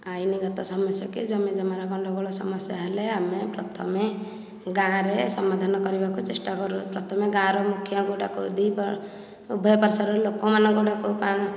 ଆଇନ ଗତ ସମସ୍ୟା କି ଜମି ଜମାର ଗଣ୍ଡଗୋଳ ସମସ୍ୟା ହେଲେ ଆମେ ପ୍ରଥମେ ଗାଁରେ ସମଧାନ କରିବାକୁ ଚେଷ୍ଟା କରୁ ପ୍ରଥମେ ଗାଁର ମୁଖିଆଙ୍କୁ ଡାକୁ ଦୁଇ ଉଭୟ ପାର୍ଶ୍ଵର ଲୋକମାନଙ୍କୁ ଡାକୁ